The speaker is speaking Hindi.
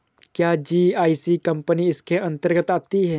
क्या जी.आई.सी कंपनी इसके अन्तर्गत आती है?